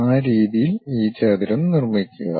ആ രീതിയിൽ ഈ ചതുരം നിർമ്മിക്കുക